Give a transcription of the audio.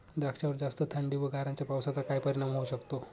द्राक्षावर जास्त थंडी व गारांच्या पावसाचा काय परिणाम होऊ शकतो?